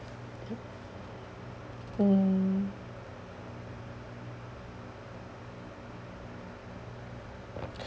mm